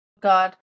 God